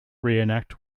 reenact